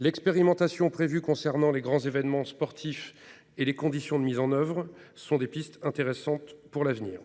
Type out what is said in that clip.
L'expérimentation prévue concernant les grands événements sportifs et ses conditions de mise en oeuvre sont des pistes de réflexion intéressantes pour l'avenir.